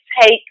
take